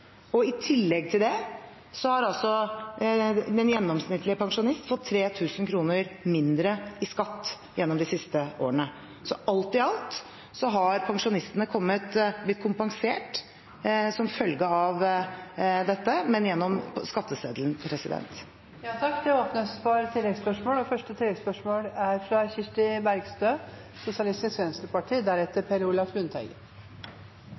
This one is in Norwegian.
I tillegg til det har den gjennomsnittlige pensjonist fått 3 000 kr mindre i skatt gjennom de siste årene. Så alt i alt har pensjonistene blitt kompensert som følge av dette, men gjennom skatteseddelen.